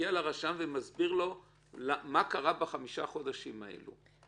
לרשם ומסביר לו מה קרה בחמישה החודשים האלה,